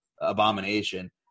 abomination